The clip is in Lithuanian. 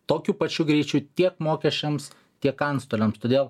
tokiu pačiu greičiu tiek mokesčiams tiek antstoliams todėl